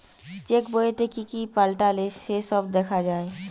check বইতে কি কি পাল্টালো সে সব দেখা যায়